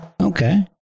Okay